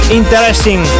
interesting